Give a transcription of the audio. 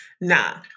Nah